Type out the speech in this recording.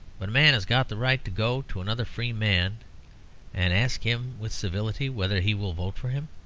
but a man has got the right to go to another free man and ask him with civility whether he will vote for him.